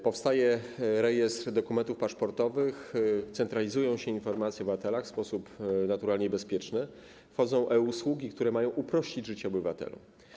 Powstaje rejestr dokumentów paszportowych, centralizują się informacje o obywatelach w sposób naturalnie bezpieczny, wchodzą e-usługi, które mają uprościć życie obywatelom.